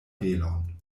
velon